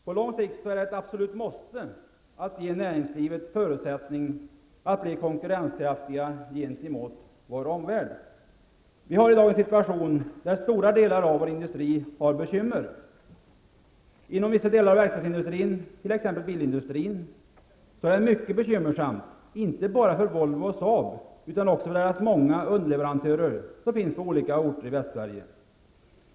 På lång sikt är det ett absolut måste att ge näringslivet förutsättningar att bli konkurrenskraftigt gentemot vår omvärld. Vi har i dag en situation där stora delar av vår industri har bekymmer. bilindustrin, är det mycket bekymmersamt, inte bara för Volvo och Saab utan också för deras många underleverantörer på olika orter i Västsverige.